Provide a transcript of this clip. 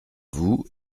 vous